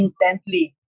intently